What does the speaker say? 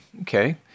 okay